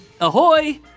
ahoy